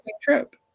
trip